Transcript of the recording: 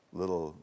little